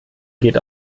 geht